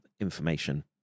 information